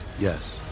Yes